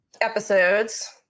episodes